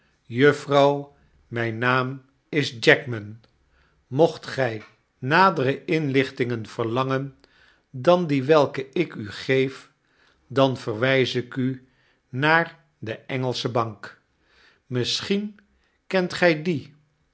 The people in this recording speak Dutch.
juffrouw myn naam is jackman mocht gy nadere inlichtingen verlangen dan die welke iku geef dan verwys ik u naar de engelsche bank misschien kent gy die